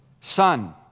Son